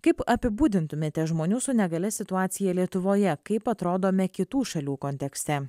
kaip apibūdintumėte žmonių su negalia situaciją lietuvoje kaip atrodome kitų šalių kontekste